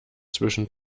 zwischen